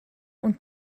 und